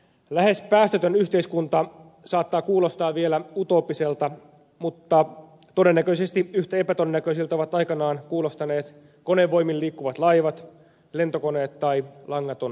lähes päästötön yhteiskunta saattaa kuulostaa vielä utooppiselta mutta todennäköisesti yhtä epätodennäköisiltä ovat aikanaan kuulostaneet konevoimin liikkuvat laivat lentokoneet ja langaton viestintä